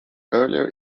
earlier